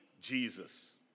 Jesus